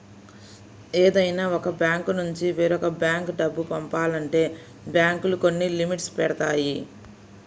ఏదైనా ఒక బ్యాంకునుంచి వేరొక బ్యేంకు డబ్బు పంపాలంటే బ్యేంకులు కొన్ని లిమిట్స్ పెడతాయి